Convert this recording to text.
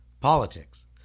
politics